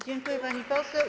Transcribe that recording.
Dziękuję, pani poseł.